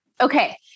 Okay